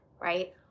right